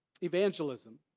evangelism